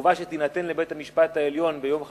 התגובה שתינתן לבית-המשפט העליון ביום חמישי,